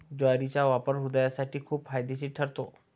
ज्वारीचा वापर हृदयासाठी खूप फायदेशीर ठरतो